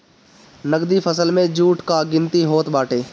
नगदी फसल में जुट कअ गिनती होत बाटे